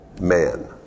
man